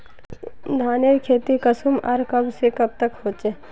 धानेर खेती कुंसम आर कब से कब तक होचे?